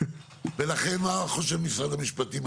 ולכן, מה חושב משרד המשפטים?